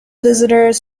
visitors